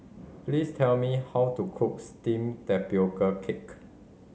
please tell me how to cook steamed tapioca cake